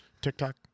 TikTok